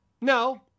No